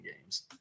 games